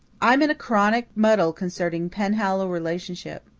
i'm in a chronic muddle concerning penhallow relationship.